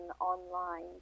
online